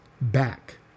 back